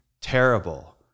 terrible